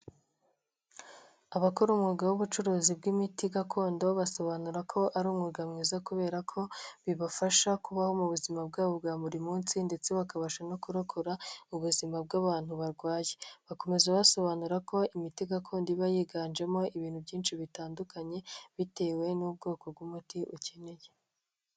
Abakora umwuga w'ubucuruzi bw'imiti gakondo basobanura ko ari umwuga mwiza kubera ko bibafasha kubaho mu buzima bwabo bwa buri munsi ndetse bakabasha no kurokora ubuzima bw'abantu barwaye. Bakomeza basobanura ko imiti gakondo iba yiganjemo ibintu byinshi bitandukanye bitewe n'ubwoko bw'umuti ukeneye.